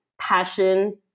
passion